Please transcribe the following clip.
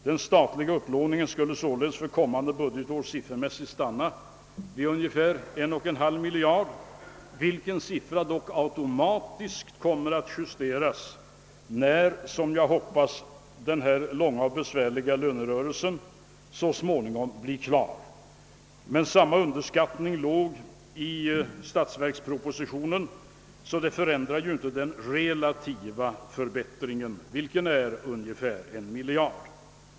Den statliga upplåningen skulle således för kommande budgetår siffermässigt stanna vid ungefär en och en halv miljard kronor, vilken siffra dock automatiskt kommer att justeras när, som jag hoppas, den långa och besvärliga lönerörelsen så småningom kan avslutas. Men samma underskattning förekom i statsverkspropositionen varför den relativa förbättringen inte förändras utan blir ungefär en miljard.